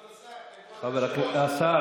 אז עם ישראל היושב באתיופיה נחצה לשניים,